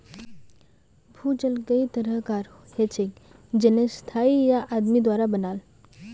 भूजल कई तरह कार हछेक जेन्ने स्थाई या आदमी द्वारा बनाल